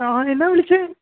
ആ എന്നാ വിളിച്ചത്